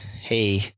Hey